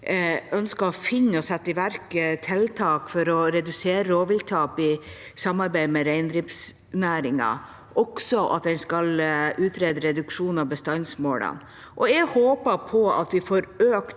ønsker å finne og sette i verk tiltak for å redusere rovvilttap i samarbeid med reindriftsnæringen, og også at en skal utrede en reduksjon av bestandsmålene. Jeg håper vi får en